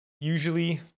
usually